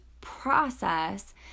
process